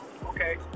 okay